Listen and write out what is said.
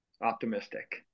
optimistic